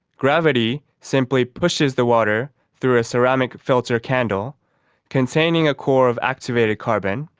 gravity simply pushes the water through a ceramic filter candle containing a core of activated carbon,